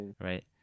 right